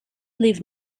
leave